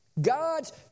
God's